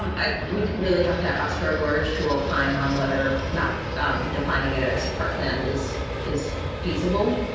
um we really have to ask our lawyers to opine on whether map defining it as parkland as is feasible.